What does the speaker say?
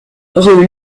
rue